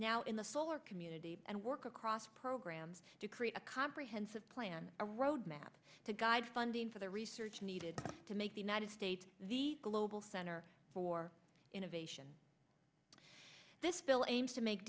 now in the solar community and work across programs to create a comprehensive plan a road map to guide funding for the research needed to make the united states the global center for innovation this bill aims to make